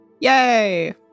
Yay